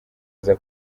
aza